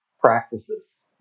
practices